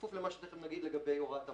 בכפוף למה שנגיד לגבי הוראת המעבר.